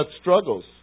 struggles